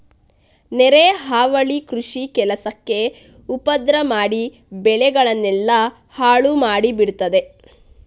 ನೆರೆ ಹಾವಳಿ ಕೃಷಿ ಕೆಲಸಕ್ಕೆ ಉಪದ್ರ ಮಾಡಿ ಬೆಳೆಗಳನ್ನೆಲ್ಲ ಹಾಳು ಮಾಡಿ ಬಿಡ್ತದೆ